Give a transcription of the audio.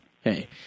Hey